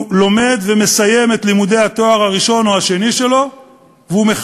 ולומד ומסיים את לימודי התואר הראשון או השני שלו ומחפש